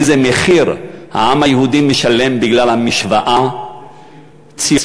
איזה מחיר העם היהודי משלם בגלל המשוואה ציונות,